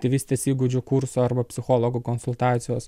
tėvystės įgūdžių kursų arba psichologo konsultacijos